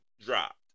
dropped